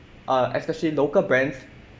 uh especially local brands